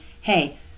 hey